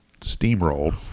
steamrolled